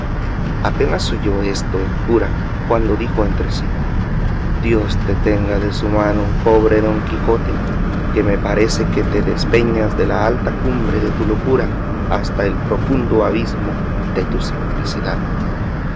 apenas oyó esto el cura cuando dijo entre sí dios te tenga de su mano pobre don quijote que me parece que te despeñas de la alta cumbre de tu locura hasta el profundo abismo de tu simplicidad